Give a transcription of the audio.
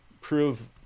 prove